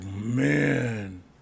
man